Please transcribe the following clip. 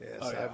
Yes